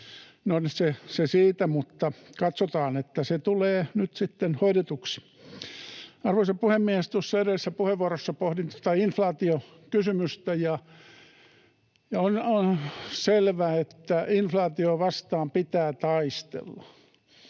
se siitä, mutta katsotaan, että se tulee nyt sitten hoidetuksi. Arvoisa puhemies! Tuossa edellisessä puheenvuorossa pohdin tuota inflaatiokysymystä, ja on selvä, että inflaatiota vastaan pitää taistella.